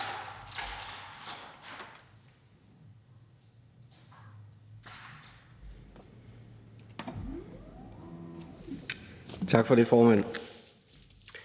Tak for det, formand.